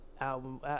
album